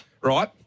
Right